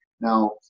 Now